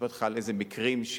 סיפרתי לך על מקרים מסוימים.